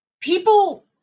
people